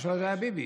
ב-2003 זה היה ביבי.